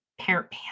parent